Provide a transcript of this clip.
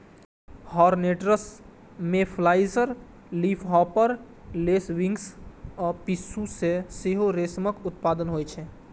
hornets, mayflies, leafhopper, lacewings आ पिस्सू सं सेहो रेशमक उत्पादन होइ छै